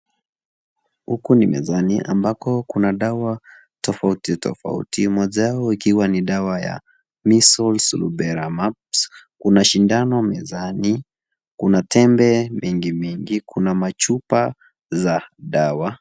Huku ni mezani ambako kuna dawa tofauti tofauti moja yao ikiwa ni dawa ya measles , rubela mumps kuna sindano mezani kuna tembe mingi mingi kuna machupa za dawa.